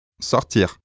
Sortir